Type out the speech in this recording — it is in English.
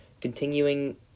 continuing